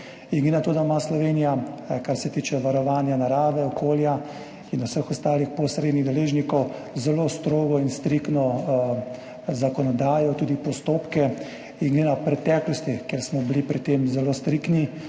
na to, da ima Slovenija, kar se tiče varovanja narave, okolja in vseh ostalih posrednih deležnikov, zelo strogo in striktno zakonodajo, tudi postopke, in glede na preteklost, ker smo bili pri tem zelo striktni,